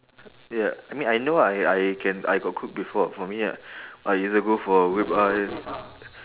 ya I mean I know I I can I got cook before for me I either go for ribeye